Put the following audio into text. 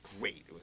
great